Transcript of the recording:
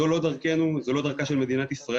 זו לא דרכנו, זו לא דרכה של מדינת ישראל.